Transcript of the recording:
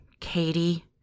Katie